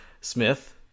Smith